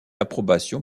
approbation